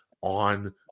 on